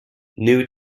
new